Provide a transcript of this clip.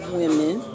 women